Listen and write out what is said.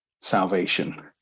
salvation